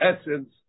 essence